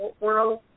world